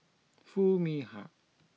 Foo Mee Har